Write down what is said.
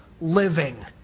living